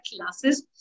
classes